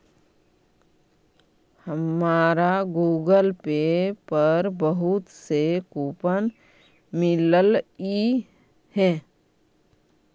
हमारा Google Pay पर बहुत से कूपन मिललई हे